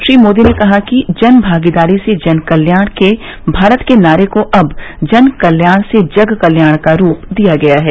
श्री मोदी ने कहा कि जन भागीदारी से जन कल्याण के भारत के नारे को अब जन कल्याण से जग कल्याण का रूप दिया गया है